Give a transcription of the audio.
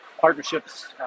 partnerships